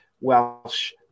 Welsh